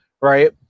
right